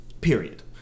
Period